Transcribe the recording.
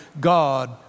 God